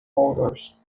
holders